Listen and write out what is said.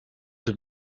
have